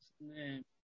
name